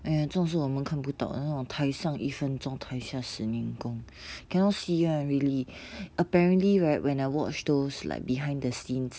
!aiya! 这种事我们看不到的那种台上一分钟台下十年功 cannot see [one] really apparently right when I watch those behind the scenes